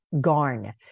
GARN